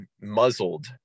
muzzled